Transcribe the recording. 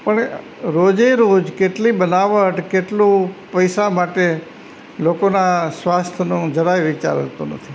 પણ રોજે રોજ કેટલી બનાવટ કેટલું પૈસા માટે લોકોનાં સ્વાસ્થ્યનું જરાય વિચાર તો નથી